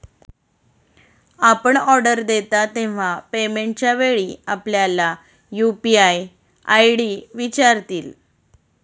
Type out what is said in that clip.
आपण ऑर्डर देता तेव्हा पेमेंटच्या वेळी आपल्याला यू.पी.आय आय.डी विचारतील